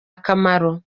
akamaro